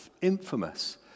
infamous